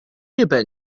日本